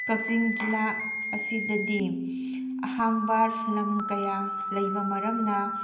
ꯀꯛꯆꯤꯡ ꯖꯤꯂꯥ ꯑꯁꯤꯗꯗꯤ ꯑꯍꯥꯡꯕ ꯂꯝ ꯀꯌꯥ ꯂꯩꯕ ꯃꯔꯝꯅ